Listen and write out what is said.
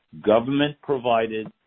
government-provided